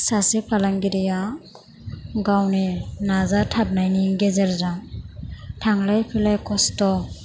सासे फालांगिरिया गावनि नाजाथाबनायनि गेजेरजों थांलाय फैलाय खस्थ'